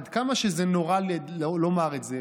עד כמה שנורא לומר את זה,